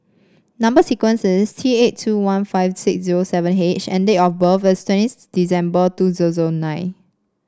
number sequence is T eight two one five six zero seven H and date of birth is twenty December two zero zero nine